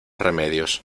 remedios